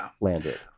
landed